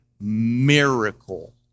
miracle